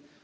dinamica